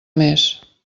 més